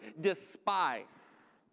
despise